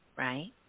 Right